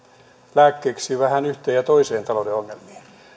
lääkkeeksi vähän yhteen ja toiseen talouden ongelmaan